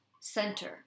center